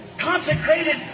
consecrated